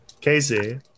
Casey